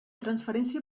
transferència